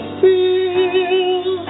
feel